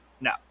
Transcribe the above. no